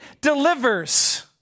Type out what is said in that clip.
delivers